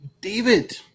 David